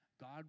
God